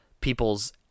people's